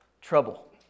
trouble